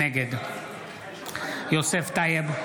נגד יוסף טייב,